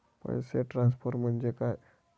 पैसे ट्रान्सफर म्हणजे काय?